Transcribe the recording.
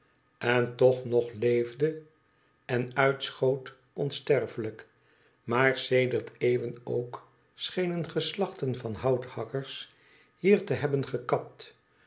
en toch nog leefde en uitschoot onsterfelijk maar sedert eeuwen ook schenen geslachten van houthakkers hier te hebben gekapt